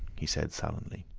he said sullenly.